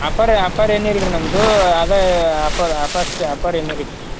ಆಪರೆ ಆಪರ್ ಏನಿಲ್ಲ ರಿ ನಮ್ಮದು ಅದು ಅಪ ಆಪಷ್ಟ್ ಆಪರ್